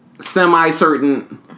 semi-certain